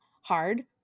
hard